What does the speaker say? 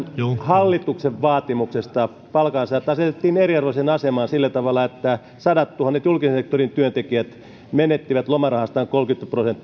hallituksen vaatimuksesta palkansaajat jätettiin eriarvoiseen asemaan sillä tavalla että sadattuhannet julkisen sektorin työntekijät menettivät lomarahastaan kolmekymmentä prosenttia